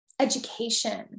education